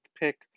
pick